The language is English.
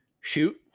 Shoot